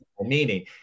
Meaning